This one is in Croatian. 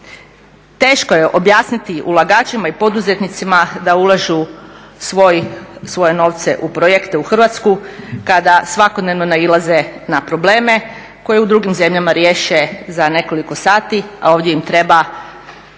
Teško je objasniti ulagačima i poduzetnicima da ulažu svoje novce u projekte u Hrvatsku kada svakodnevno nailaze na probleme koje u drugim zemljama riješe za nekoliko sati, a ovdje im treba